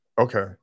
Okay